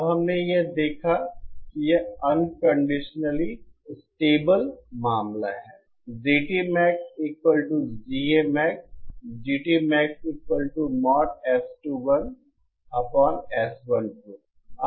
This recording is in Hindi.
अब हमने देखा कि यह अनकंडीशनली स्टेबल मामला है